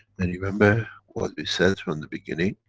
and remember what we said from the beginning.